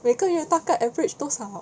每个月大概 average 多少